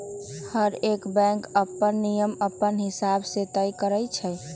हरएक बैंक अप्पन नियम अपने हिसाब से तय करई छई